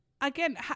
again